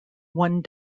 one